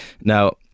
Now